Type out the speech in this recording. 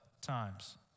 times